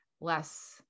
less